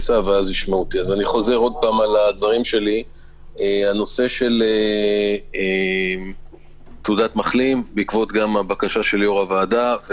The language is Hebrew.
הנושא של תעודת מחלים בעקבות גם הבקשה של יו"ר הוועדה,